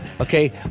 Okay